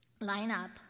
lineup